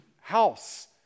house